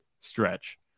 stretch